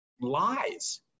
lies